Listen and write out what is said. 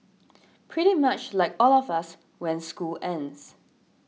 pretty much like all of us when school ends